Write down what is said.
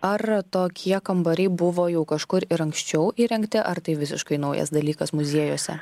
ar tokie kambariai buvo jau kažkur ir anksčiau įrengti ar tai visiškai naujas dalykas muziejuose